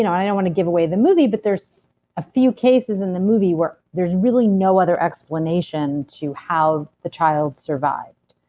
you know i don't wanna give away the movie, but there's a few cases in the movie where there's really no other explanation to how the child survived,